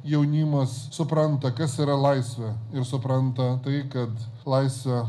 jaunimas supranta kas yra laisvė ir supranta tai kad laisvę